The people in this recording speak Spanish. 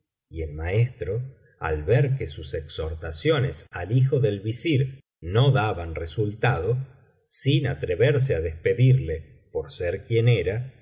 y el maestro al ver que sus exhortaciones al hijo del visir no daban resultado sin atreverse á despedirle por ser quien era